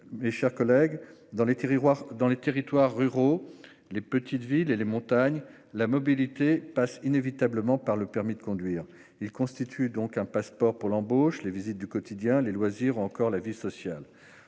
mes chers collègues, dans les territoires ruraux, les petites villes et les montagnes, la mobilité passe inévitablement par le permis de conduire, qui constitue un passeport pour l'embauche, les visites du quotidien, les loisirs ou encore la vie sociale.